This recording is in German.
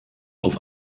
auf